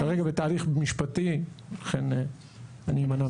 כרגע בתהליך משפטי, לכן אני אמנע מלענות.